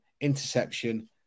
interception